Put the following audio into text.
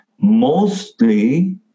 Mostly